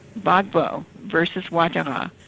gbagbo versus ouattara,